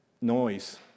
noise